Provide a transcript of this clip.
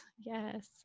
Yes